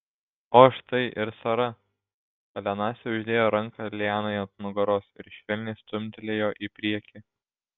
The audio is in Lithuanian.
o štai ir sara kalenasi uždėjo ranką lianai ant nugaros ir švelniai stumtelėjo į priekį